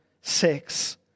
sex